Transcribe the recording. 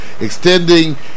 extending